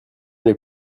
les